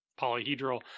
polyhedral